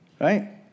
Right